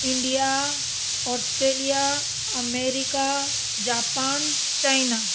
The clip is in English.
India Australia America Japan China